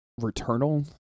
Returnal